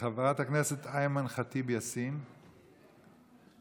חברת הכנסת אימאן ח'טיב יאסין, איננה.